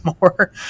more